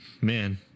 Man